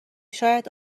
شاید